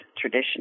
tradition